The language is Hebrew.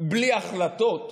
בלי החלטות,